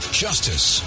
justice